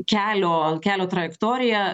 kelio kelio trajektoriją